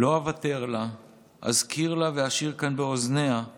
/ לא אוותר לה, / אזכיר לה / ואשיר כאן באוזניה /